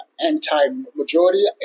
anti-majority